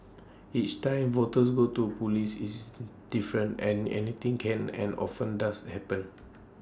each time voters go to Police is different and anything can and often does happen